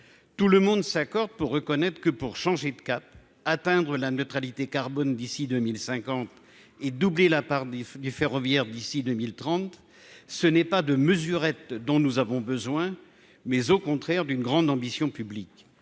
tout le monde s'accorde pour reconnaître que pour changer de cap, atteindre la neutralité carbone d'ici 2050 et doubler la part des du ferroviaire d'ici 2030, ce n'est pas de mesurettes, dont nous avons besoin, mais au contraire d'une grande ambition publique